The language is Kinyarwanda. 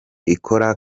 ikora